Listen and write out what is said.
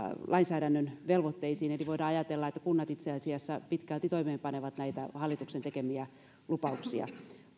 lainsäädännön velvoitteisiin eli voidaan ajatella että kunnat itse asiassa pitkälti toimeenpanevat näitä hallituksen tekemiä lupauksia